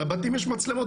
על הבתים יש מצלמות,